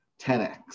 10X